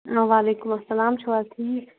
وعلیکم السلام تُہۍ چھُوا ٹھیٖک